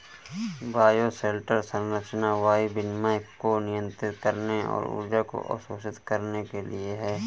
bioshelter संरचना वायु विनिमय को नियंत्रित करने और ऊर्जा को अवशोषित करने के लिए है